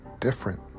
Different